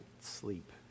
sleep